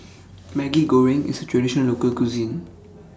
Maggi Goreng IS A Traditional Local Cuisine